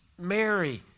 Mary